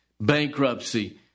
bankruptcy